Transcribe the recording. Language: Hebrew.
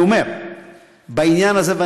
בעניין הזה,